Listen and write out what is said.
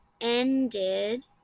ended